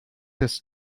his